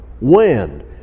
wind